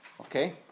Okay